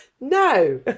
No